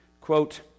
quote